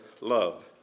love